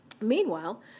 Meanwhile